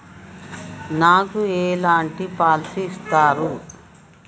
నాకు ఎలాంటి పాలసీ ఇస్తారు?